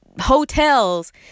hotels